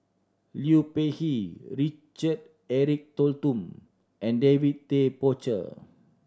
Liu Peihe Richard Eric Holttum and David Tay Poey Cher